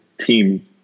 team